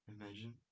Imagine